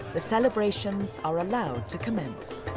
the celebrations are allowed to commence.